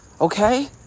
okay